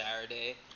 Saturday